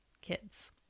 kids